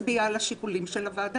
מייד אצביע גם על השיקולים של הוועדה,